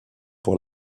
pour